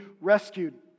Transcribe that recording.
rescued